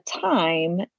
time